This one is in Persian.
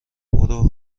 برو